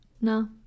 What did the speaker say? No